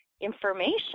information